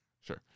Sure